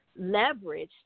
leveraged